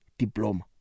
diploma